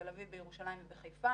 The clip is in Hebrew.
בתל אביב בירושלים ובחיפה,